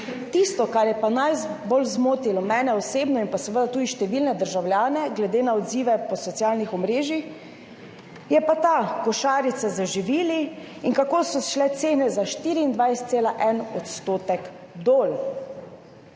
mene osebno najbolj zmotilo, in pa seveda tudi številne državljane glede na odzive po socialnih omrežjih, je pa ta košarica z živili in kako so šle cene za 24,1 % dol.